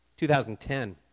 2010